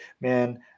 man